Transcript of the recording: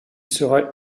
sera